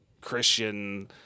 Christian